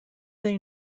they